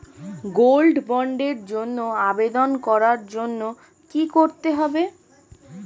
Gold বন্ডের জন্য আবেদন করার জন্য কি করতে হবে?